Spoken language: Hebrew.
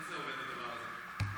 איך עובד הדבר הזה?